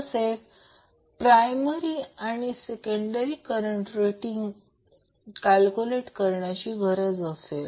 तसेच प्रायमरी आणि सेकंडरीचे करंट रेटिंग कॅल्क्युलेट करण्याची गरज असेल